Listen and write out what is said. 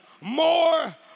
more